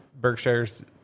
Berkshire's